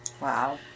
Wow